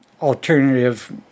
alternative